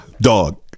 Dog